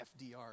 FDR